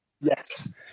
yes